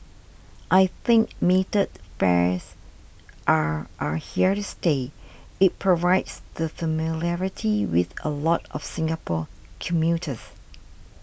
I think metered fares are are here to stay it provides that familiarity with a lot of Singapore commuters